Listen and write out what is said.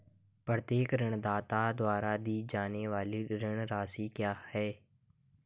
प्रत्येक ऋणदाता द्वारा दी जाने वाली ऋण राशि क्या है?